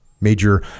Major